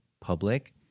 public